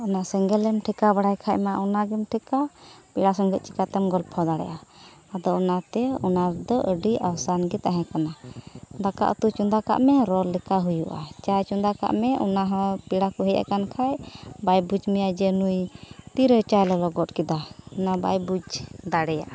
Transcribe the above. ᱚᱱᱟ ᱥᱮᱸᱜᱮᱞᱮᱢ ᱴᱷᱮᱠᱟᱣ ᱵᱟᱲᱟᱭ ᱠᱷᱟᱱ ᱢᱟ ᱚᱱᱟ ᱜᱮᱢ ᱴᱷᱮᱠᱟᱣ ᱯᱮᱲᱟ ᱥᱚᱸᱜᱮ ᱪᱤᱠᱟᱹ ᱛᱮᱢ ᱜᱚᱞᱯᱷᱚ ᱫᱟᱲᱮᱭᱟᱜᱼᱟ ᱟᱫᱚ ᱚᱱᱟᱛᱮ ᱚᱱᱟᱫᱚ ᱟᱹᱰᱤ ᱟᱣᱥᱟᱱ ᱜᱮ ᱛᱟᱦᱮᱸ ᱠᱟᱱᱟ ᱫᱟᱠᱟ ᱩᱛᱩ ᱪᱚᱸᱫᱟ ᱠᱟᱜ ᱢᱮ ᱨᱚᱲ ᱞᱮᱠᱟ ᱦᱩᱭᱩᱜᱼᱟ ᱪᱟ ᱪᱚᱱᱫᱟ ᱠᱟᱜ ᱢᱮ ᱚᱱᱟ ᱦᱚᱸ ᱯᱮᱲᱟ ᱠᱚ ᱦᱮᱡ ᱟᱠᱟᱱ ᱠᱷᱟᱡ ᱵᱟᱭ ᱵᱩᱡᱽ ᱢᱮᱭᱟ ᱡᱮ ᱱᱩᱭ ᱛᱤᱨᱮ ᱪᱟᱭ ᱞᱚᱞᱚ ᱜᱚᱫ ᱠᱮᱫᱟ ᱚᱱᱟ ᱵᱟᱭ ᱵᱩᱡᱽ ᱫᱟᱲᱮᱭᱟᱜᱼᱟ